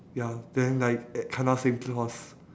ya then like eh kena same course